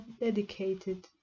dedicated